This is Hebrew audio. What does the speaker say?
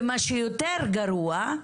ומה שיותר גרוע,